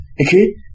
Okay